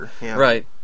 Right